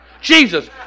Jesus